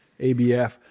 ABF